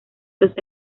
los